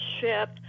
ship